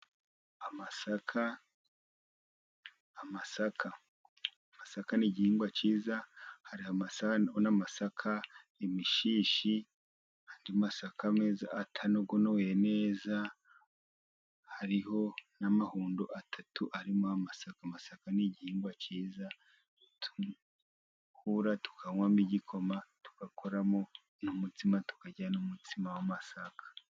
Amasaka ni igihingwa cyiza .hari amasaka n'amasaka imishishi andi masaka atanogonoye neza, hariho n'amahundo atatu arimo amasaka, amasaka ni igihingwa cyiza bituhura tukanywamo igikoma tugakoramo umutsima tukajyana n'umutsima w'amasaka.